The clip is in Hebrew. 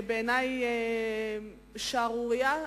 בעיני זו שערורייה,